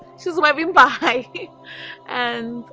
she's waving, by and